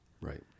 Right